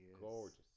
gorgeous